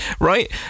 right